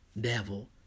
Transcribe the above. devil